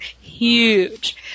Huge